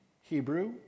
Hebrew